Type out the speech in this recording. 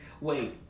wait